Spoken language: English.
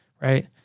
right